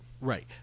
Right